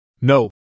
No